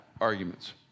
Arguments